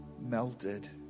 melted